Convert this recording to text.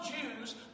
Jews